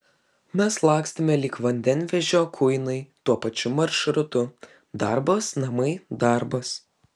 mes lakstėme lyg vandenvežio kuinai tuo pačiu maršrutu darbas namai darbas